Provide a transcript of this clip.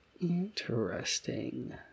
Interesting